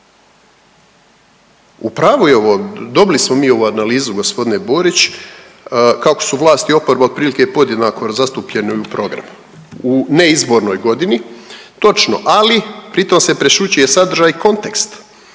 U pravo je ovo, dobili smo mi ovu analizu gospodine Borić kako su vlast i oporba otprilike podjednako zastupljene i u programima u neizbornoj godini, točno, ali pritom se prešućuje sadržaj konteksta